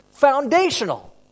foundational